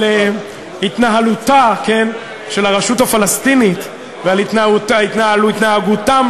על התנהלותה של הרשות הפלסטינית ועל התנהגותם